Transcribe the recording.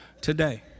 today